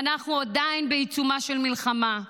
ואנחנו עדיין בעיצומה של מלחמה,